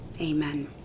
amen